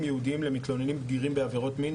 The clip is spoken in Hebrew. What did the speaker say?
ייעודיים למתלוננים בגירים בעבירות מין,